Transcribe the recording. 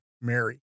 Mary